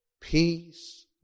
peace